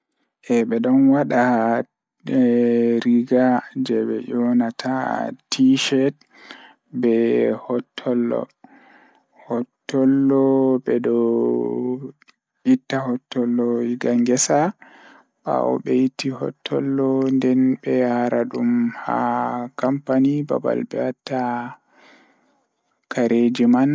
Waɗi e cottoŋ ko ngam kaŋko faamude. Cottoŋ ngol waɗi e njabbi ngol, waɗɗi laawol ngol maa nder t-shirt. Ko jeye, nafa nde ngol jogii forma ngol, nde maɓɓe waɗi e kaaɓɓe e nyalbe.